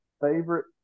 Favorite